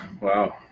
wow